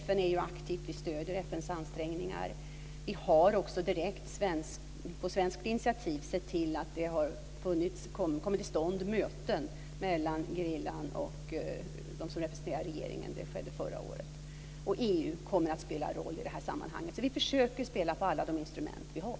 FN är aktivt, och vi stöder FN:s ansträngningar. Vi har också på svenskt initiativ sett till att det har kommit till stånd möten mellan gerillan och dem som representerar regeringen. Det skedde förra året. EU kommer att spela en roll i det här sammanhanget. Vi försöker alltså spela på alla de instrument vi har.